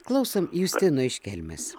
klausom justino iš kelmės